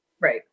Right